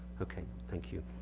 okay, thank you.